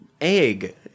egg